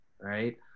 right